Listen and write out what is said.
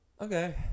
Okay